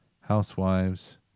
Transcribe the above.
housewives